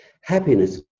Happiness